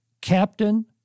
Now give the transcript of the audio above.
captain